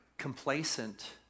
complacent